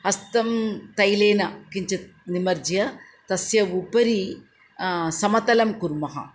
हस्तं तैलेन किञ्चित् निमज्य तस्य उपरी समतलं कुर्मः